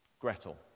Gretel